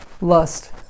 Lust